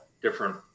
Different